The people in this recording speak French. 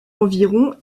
environ